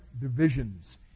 divisions